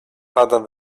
adam